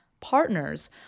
partners